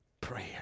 prayer